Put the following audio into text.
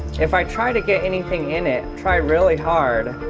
if i try to get anything in it, try really hard